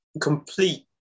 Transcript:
complete